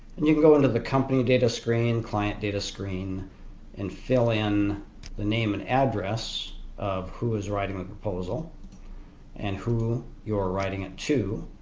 and you can go into the company data screen, client data screen and fill in the name and address of who is writing the like proposal and who you're writing it to.